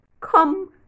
come